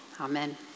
Amen